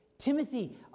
Timothy